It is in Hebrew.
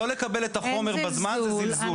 לא לקבל את החומר בזמן זה זלזול.